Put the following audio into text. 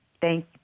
Thank